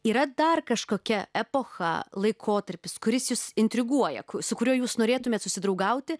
yra dar kažkokia epocha laikotarpis kuris jus intriguoja su kuriuo jūs norėtumėt susidraugauti